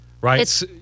Right